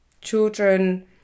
children